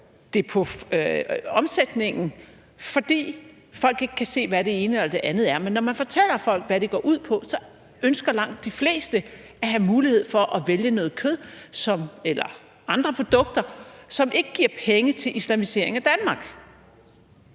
det på omsætningen – altså fordi folk ikke kan se, hvad det ene eller det andet er. Men når man fortæller folk, hvad det går ud på, så ønsker langt de fleste at have mulighed for at vælge noget kød eller andre produkter, som ikke giver penge til islamisering af Danmark.